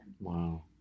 Wow